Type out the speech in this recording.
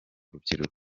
rubyiruko